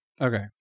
Okay